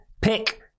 pick